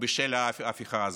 בשל ההפיכה הזו.